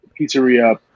pizzeria